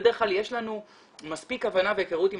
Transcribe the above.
בדרך כלל יש לנו מספיק הבנה והיכרות עם